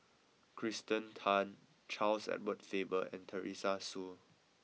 Kirsten Tan Charles Edward Faber and Teresa Hsu